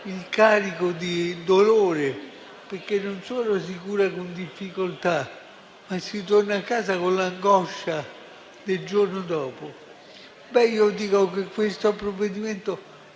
il carico di dolore, poiché non solo si cura con difficoltà, ma si torna a casa con l'angoscia del giorno dopo. A mio avviso questo provvedimento